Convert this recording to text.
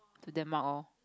to Denmark or